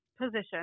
position